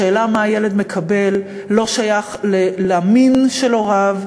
השאלה מה הילד מקבל לא שייכת למין של הוריו,